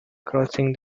crossing